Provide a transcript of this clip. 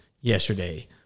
yesterday